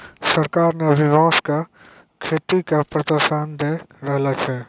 सरकार न भी बांस के खेती के प्रोत्साहन दै रहलो छै